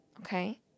Okay